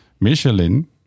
Michelin